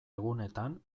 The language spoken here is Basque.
egunetan